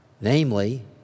namely